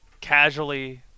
casually